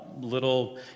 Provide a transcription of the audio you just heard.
little